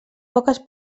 poques